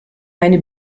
meine